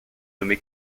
nommé